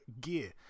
gear